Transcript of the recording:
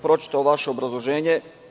Pročitao sam vaše obrazloženje.